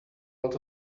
lot